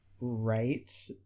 right